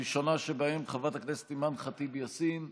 ראשונה שבהם, חברת הכנסת אימאן חטיב יאסין,